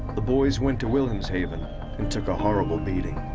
the boys went to wilhelmshaven and took a horrible beating.